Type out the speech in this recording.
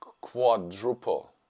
quadruple